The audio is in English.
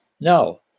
No